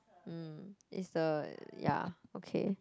mm is the ya okay